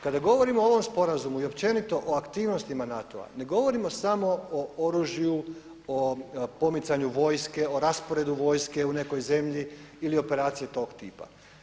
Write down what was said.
Kada govorimo o ovom sporazumu i općenito o aktivnostima NATO-a ne govorimo samo o oružju, o pomicanju vojske, o rasporedu vojske u nekoj zemlji ili operacije tog tipa.